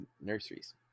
Nurseries